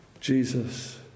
Jesus